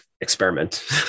Experiment